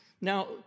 Now